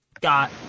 got